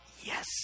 Yes